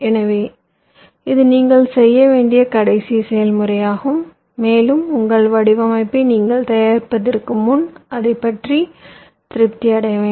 எனவே இது நீங்கள் செய்ய வேண்டிய கடைசி செயல்முறையாகும் மேலும் உங்கள் வடிவமைப்பை நீங்கள் தயாரிப்பதற்கு முன் அதைப் பற்றி திருப்தி அடைய வேண்டும்